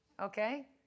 Okay